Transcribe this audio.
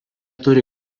turi